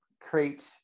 create